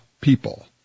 people